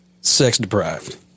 sex-deprived